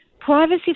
Privacy